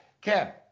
Ken